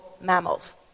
mammals